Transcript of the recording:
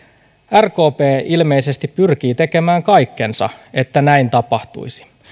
rkp ilmeisesti pyrkii tekemään kaikkensa että näin tapahtuisi